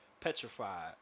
petrified